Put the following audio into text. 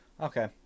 Okay